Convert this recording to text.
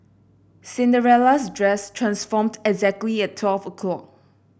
Cinderella's dress transformed exactly at twelve o'clock